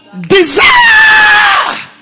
desire